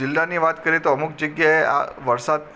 જિલ્લાની વાત કરીએ તો અમુક જગ્યાએ આ વરસાદ